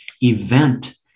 event